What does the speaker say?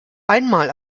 einmal